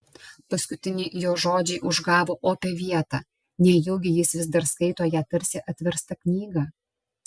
paskutiniai jo žodžiai užgavo opią vietą nejaugi jis vis dar skaito ją tarsi atverstą knygą